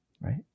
right